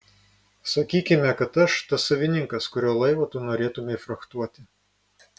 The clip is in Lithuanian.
sakykime kad aš tas savininkas kurio laivą tu norėtumei frachtuoti